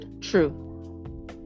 true